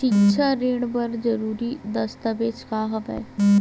सिक्छा ऋण बर जरूरी दस्तावेज का हवय?